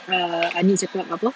err aniq cakap apa